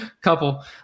couple